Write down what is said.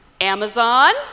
Amazon